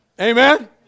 Amen